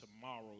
tomorrow